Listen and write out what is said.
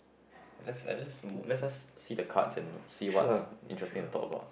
let's I just let us see the cards and see what's interesting to talk about